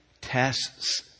tests